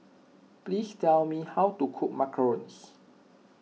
please tell me how to cook Macarons